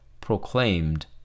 proclaimed